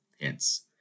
hence